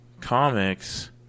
comics